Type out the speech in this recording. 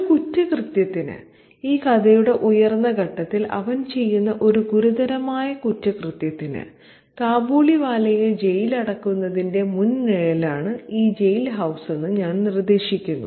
ഒരു കുറ്റകൃത്യത്തിന് ഈ കഥയുടെ ഉയർന്ന ഘട്ടത്തിൽ അവൻ ചെയ്യുന്ന ഒരു ഗുരുതരമായ കുറ്റകൃത്യത്തിന് കാബൂളിവാലയെ ജയിലിൽ അടയ്ക്കുന്നതിന്റെ മുൻനിഴലാണ് ഈ ജയിൽ ഹൌസെന്ന് ഞാൻ നിർദ്ദേശിക്കുന്നു